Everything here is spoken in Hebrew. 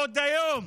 עוד היום,